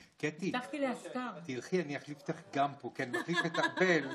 קצב פיתוח השוק ולשים מכשלות בפני משפטנים עתידיים,